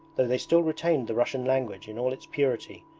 though they still retained the russian language in all its purity,